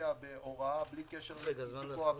כמסייע בהוראה בלי קשר לעיסוקו הקודם.